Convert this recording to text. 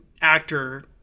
actor